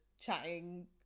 chatting